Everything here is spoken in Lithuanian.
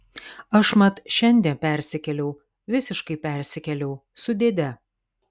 aš mat šiandie persikėliau visiškai persikėliau su dėde